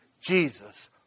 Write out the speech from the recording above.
Jesus